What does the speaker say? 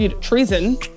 treason